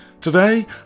Today